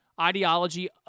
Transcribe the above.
ideology